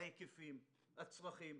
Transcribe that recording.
ההיקפים, הצרכים: